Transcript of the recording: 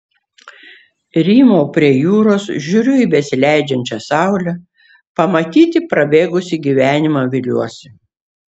rymau prie jūros žiūriu į besileidžiančią saulę pamatyti prabėgusį gyvenimą viliuosi